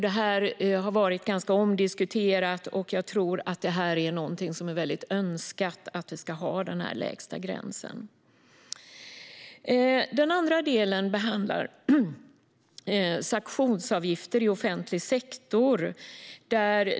Detta har varit ganska omdiskuterat, och jag tror att denna lägre åldersgräns är mycket önskad. Den andra gäller sanktionsavgifter i offentlig sektor.